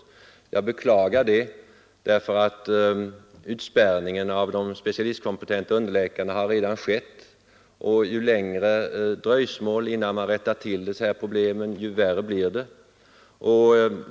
Jag beklagar detta därför att utspärrningen av de specialistkompetenta underläkarna redan har påbörjats, och det hela blir allt värre ju längre dröjsmålet blir.